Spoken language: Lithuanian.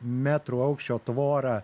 metrų aukščio tvorą